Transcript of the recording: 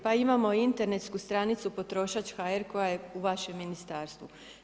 Pa imamo internetsku stranicu potrošač.hr. koja je u vašem ministarstvu.